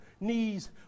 knees